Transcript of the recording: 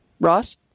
Ross